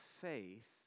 faith